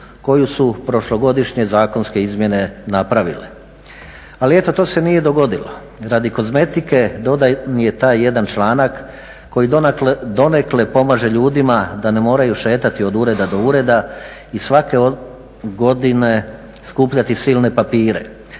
koju su prošlogodišnje zakonske izmjene napravile. Ali eto to se nije dogodilo. Radi kozmetike dodan je taj jedan članak koji donekle pomaže ljudima da ne moraju šetati od ureda do ureda i svake godine skupljati silne papire.